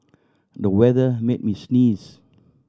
the weather made me sneeze